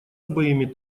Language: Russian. обоими